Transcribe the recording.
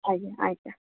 ଆଜ୍ଞା ଆଜ୍ଞା